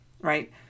Right